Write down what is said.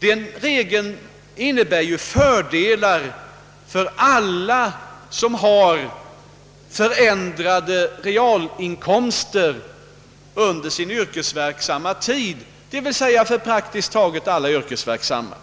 Denna regel innebär fördelar för alla som har förändrade realinkomster under sin yrkesverksamma tid, d.v.s. för praktiskt taget alla yrkesverksamma människor.